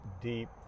deep